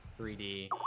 3D